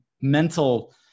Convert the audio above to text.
mental